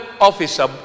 officer